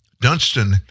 Dunstan